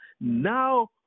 Now